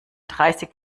dreißig